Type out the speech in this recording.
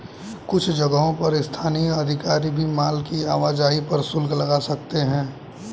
कुछ जगहों पर स्थानीय अधिकारी भी माल की आवाजाही पर शुल्क लगा सकते हैं